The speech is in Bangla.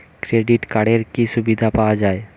ক্রেডিট কার্ডের কি কি সুবিধা পাওয়া যায়?